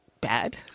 bad